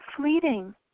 fleeting